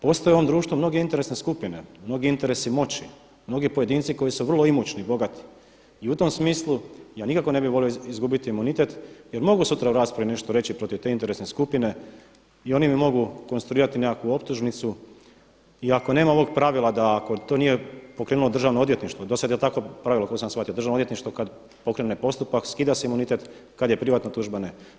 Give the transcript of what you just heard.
Postoje u ovom društvu mnoge interesne skupine, mnogi interesi moći, mnogi pojedinci koji su vrlo imućni, bogati i u tom smislu ja nikako ne bih volio izgubiti imunitet jer mogu sutra nešto reći u raspravi protiv te interesne skupine i oni mi mogu konstruirati nekakvu optužnicu i ako nema ovog pravila da ako to nije pokrenulo Državno odvjetništvo, do sad je takvo pravilo koliko sam shvatio Državno odvjetništvo kad pokrene postupak skida se imunitet, kad je privatna tužba ne.